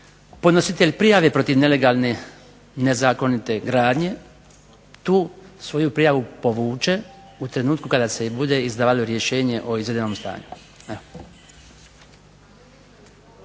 podnositelj prijave protiv nelegalne nezakonite gradnje tu svoju prijavu povuče u trenutku kada se bude izdavalo rješenje o izvedenom stanju.